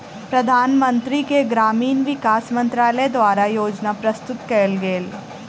प्रधानमंत्री के ग्रामीण विकास मंत्रालय द्वारा योजना प्रस्तुत कएल गेल